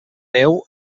neu